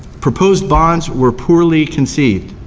proposed bonds were poorly conceived.